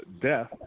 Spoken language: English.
Death